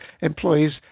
employees